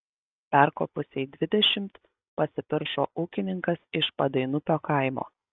perkopusiai dvidešimt pasipiršo ūkininkas iš padainupio kaimo